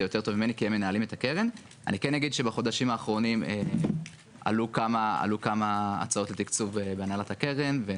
לגבי הנקודה של תמיכה ביצרנים של שקיות לטובת הסבה והתאמות לאור החקיקה